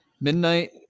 midnight